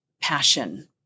passion